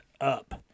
up